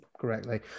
correctly